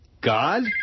God